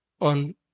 on